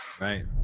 Right